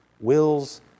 wills